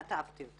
כתבתי אותה.